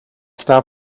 stop